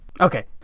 Okay